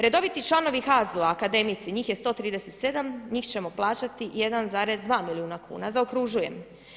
Redoviti članovi HAZU-a, akademici, njih je 137, njih ćemo plaćati 1,2 milijuna kuna, zaokružuje.